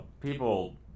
people